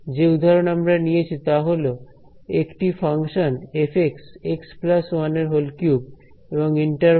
যে উদাহরণ আমরা নিয়েছি তা হল একটি ফাংশন f x 1 3 এবং ইন্টারভাল হল 1 থেকে 1